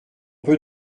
peut